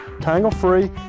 tangle-free